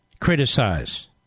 criticize